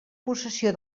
possessió